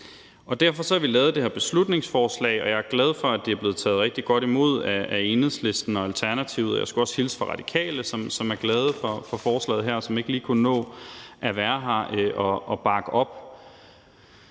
Derfor har vi fremsat det her beslutningsforslag, og jeg er glad for, at det er blevet taget rigtig godt imod af Enhedslisten og Alternativet, og jeg skulle også hilse fra De Radikale, som ikke lige kunne nå at være her og bakke det